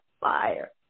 fire